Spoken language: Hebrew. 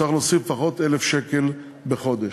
צריך להוסיף לפחות 1,000 שקל בחודש.